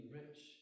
rich